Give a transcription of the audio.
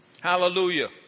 Hallelujah